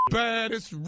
baddest